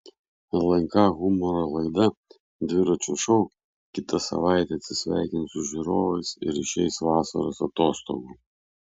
lnk humoro laida dviračio šou kitą savaitę atsisveikins su žiūrovais ir išeis vasaros atostogų